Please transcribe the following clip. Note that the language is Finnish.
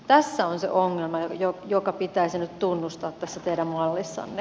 tässä on se ongelma joka pitäisi nyt tunnustaa tässä teidän mallissanne